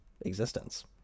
existence